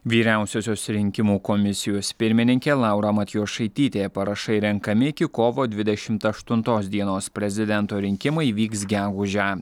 vyriausiosios rinkimų komisijos pirmininkė laura matjošaitytė parašai renkami iki kovo dvidešimt aštuntos dienos prezidento rinkimai vyks gegužę